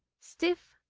stiff,